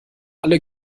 alle